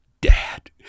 dad